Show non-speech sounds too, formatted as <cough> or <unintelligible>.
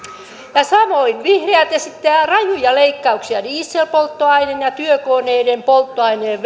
samoin vihreät esittävät rajuja leikkauksia dieselpolttoaineen ja työkoneiden polttoaineen <unintelligible>